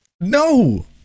No